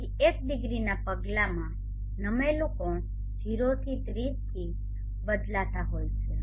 તેથી એક ડિગ્રીના પગલામાં નમેલા કોણ 0 થી 30 થી બદલાતા હોય છે